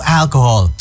alcohol